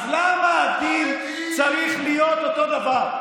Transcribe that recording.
אז למה הדין צריך להיות אותו דבר?